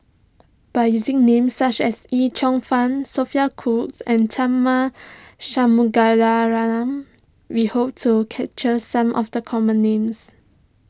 by using names such as Yip Cheong Fun Sophia Cooke and Tharman Shanmugaratnam we hope to capture some of the common names